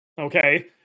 okay